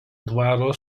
dvaro